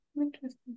Interesting